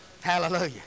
Hallelujah